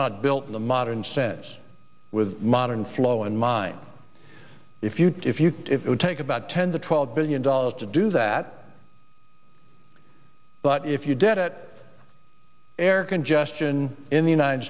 not built in a modern sense with modern flow in mind if you if you if you take about ten to twelve billion dollars to do that but if you did it air congestion in the united